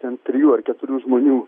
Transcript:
ten trijų ar keturių žmonių